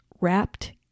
Wrapped